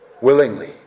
willingly